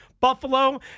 Buffalo